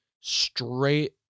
straight